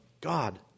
God